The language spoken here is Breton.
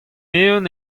eeun